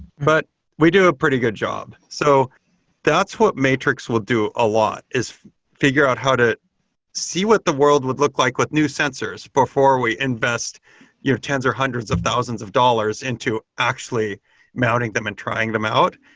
but we do a pretty good job. so that's what matrix will do a lot, is figure out how to see what the world would look like with new sensors before we invest your tens or hundreds of thousands of dollars into actually mounting them and trying them out.